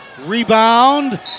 Rebound